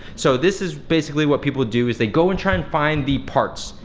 so this is basically what people do, is they go and try and find the parts.